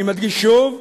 אני מדגיש שוב: